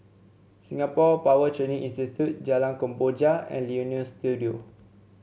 Singapore Power Training Institute Jalan Kemboja and Leonie Studio